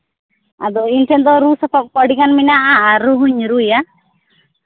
ᱟᱫᱚ ᱤᱧ ᱴᱷᱮᱱ ᱫᱚ ᱨᱩ ᱥᱟᱯᱟᱯ ᱠᱚ ᱟᱹᱰᱤᱜᱟᱱ ᱢᱮᱱᱟᱜᱼᱟ ᱟᱨ ᱨᱩ ᱦᱚᱸᱧ ᱨᱩᱭᱟ